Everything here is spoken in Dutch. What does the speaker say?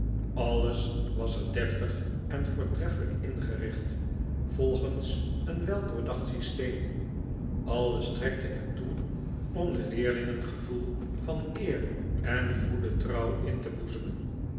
alles was er deftig en voortreffelijk ingericht volgens een weldoordacht systeem alles strekte er toe om den leerlingen gevoel van eer en goede trouw in te boezemen